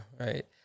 right